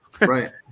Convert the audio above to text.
Right